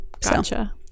Gotcha